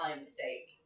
mistake